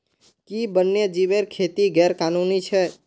कि वन्यजीवेर खेती गैर कानूनी छेक?